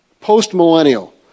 post-millennial